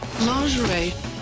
Lingerie